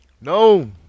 No